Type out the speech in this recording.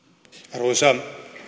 arvoisa